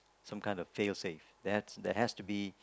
some kind of field save there's there has to be